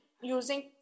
using